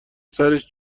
سرش